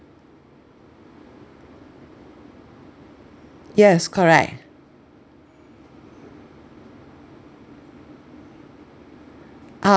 yes correct